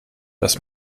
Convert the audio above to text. das